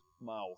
mouth